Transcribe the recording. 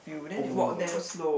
[oh]-my-god